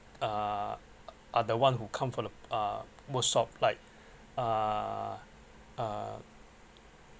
uh are the one who come for the uh workshop like uh uh